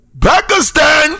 Pakistan